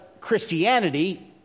christianity